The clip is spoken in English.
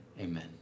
Amen